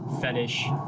fetish